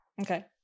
Okay